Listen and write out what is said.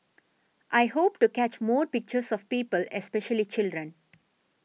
I hope to catch more pictures of people especially children